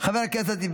חבר הכנסת גלעד קריב,